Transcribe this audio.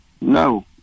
No